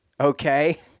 Okay